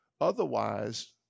Otherwise